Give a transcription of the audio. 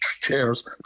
chairs